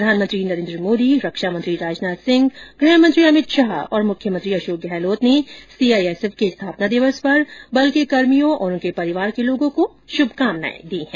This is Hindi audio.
प्रधानमंत्री नरेन्द्र मोदी रक्षामंत्री राजनाथ सिंह गृहमंत्री अमित शाह और मुख्यमंत्री अशोक गहलोत ने सीआईएसएफ के स्थापना दिवस पर बल के कर्मियों और उनके परिवार के लोगों को शुभकामनाएं दी हैं